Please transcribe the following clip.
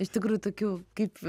iš tikrųjų tokių kaip